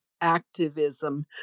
activism